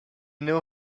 know